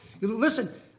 listen